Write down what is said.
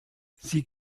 sie